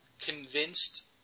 convinced